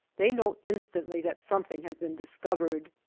they know instantly that something has been discovered.